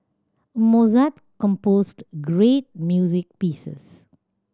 Mozart composed great music pieces